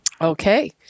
Okay